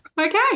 okay